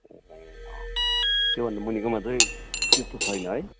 ए अँ त्यो भन्दा मुनिकोमा चाहिँ त्यस्तो छैन है